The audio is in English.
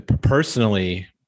personally